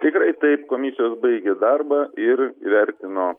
tikrai taip komisijos baigė darbą ir įvertino